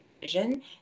vision